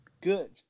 Good